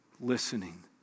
listening